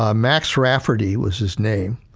ah max rafferty was his name.